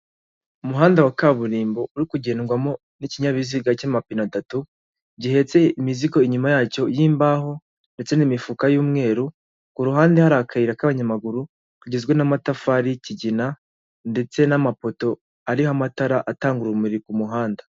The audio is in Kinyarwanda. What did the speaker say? Umuhanda wa kaburimbo uri kugendwamo n'ikinyabiziga cy'amapina atatu, gihetse imizigo inyuma yacyo y'imbaho ndetse n'imifuka y'umweru, ku ruhande hari akayira k'abanyamaguru kagizwe n'amatafari y'igina ndetse n'amapoto ariho amatara atanga urumuri ku kumuhanda.